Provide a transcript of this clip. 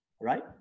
right